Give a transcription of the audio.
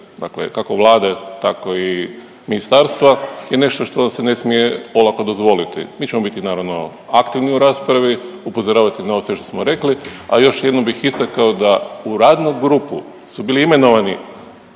dakle kako Vlade, tako i ministarstva je nešto što se ne smije olako dozvoliti. Mi ćemo biti naravno aktivni u raspravi, upozoravati na ovo sve što smo rekli, a još jednom bih istakao da u radnu grupu su bili imenovani